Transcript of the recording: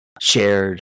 shared